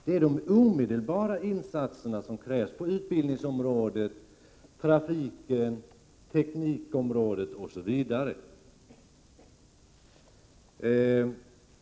Det är de omedelbara insatser som krävs på utbildningsområdet, trafikområdet, teknikområdet osv.